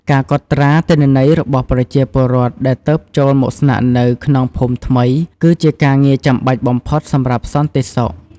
ការកត់ត្រា ទិន្នន័យរបស់ប្រជាពលរដ្ឋដែលទើបចូលមកស្នាក់នៅក្នុងភូមិថ្មី គឺជាការងារចាំបាច់បំផុតសម្រាប់សន្តិសុខ។